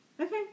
okay